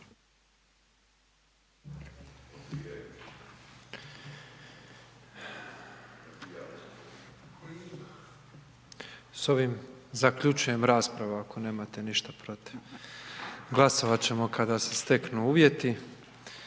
S ovim zaključujem raspravu ako nemate ništa protiv. Glasovat ćemo kada se steknu uvjeti.